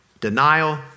denial